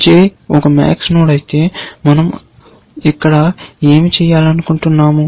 J ఒక MAX node అయితే మనం ఇక్కడ ఏమి చేయాలనుకుంటున్నాము